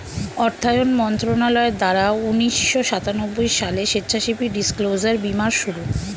অর্থায়ন মন্ত্রণালয়ের দ্বারা উন্নিশো সাতানব্বই সালে স্বেচ্ছাসেবী ডিসক্লোজার বীমার শুরু